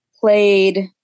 played